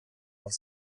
noch